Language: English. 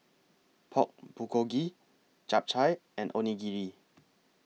Pork Bulgogi Japchae and Onigiri